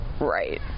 Right